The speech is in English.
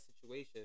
situation